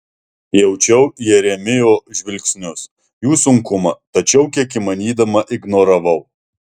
jaučiau jeremijo žvilgsnius jų sunkumą tačiau kiek įmanydama ignoravau